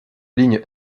ligne